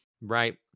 right